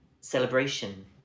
celebration